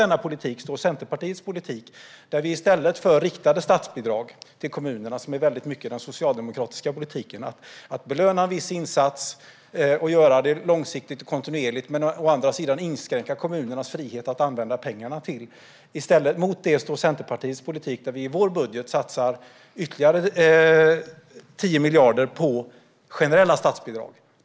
Den socialdemokratiska politiken går ut på att å ena sidan belöna en viss insats och göra det långsiktigt och kontinuerligt men å andra sidan inskränka kommunernas frihet att bestämma vad de ska använda pengarna till. Mot den politiken står Centerpartiets politik. I stället för riktade statsbidrag till kommunerna satsar vi 10 miljarder i vår budget på generella statsbidrag.